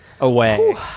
away